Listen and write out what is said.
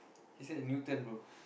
she stay at Newton bro